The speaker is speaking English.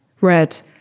red